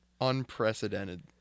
unprecedented